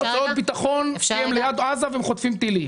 הוצאות הביטחון כי הם ליד עזה והם חוטפים טילים.